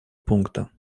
пункта